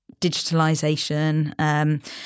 digitalisation